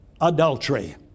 adultery